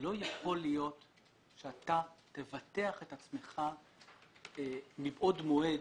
אני לא רוצה לעשות ביטוח, זה מעלה עלויות וכולי.